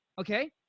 okay